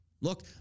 Look